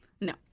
No